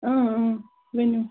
اۭں اۭں ؤنِو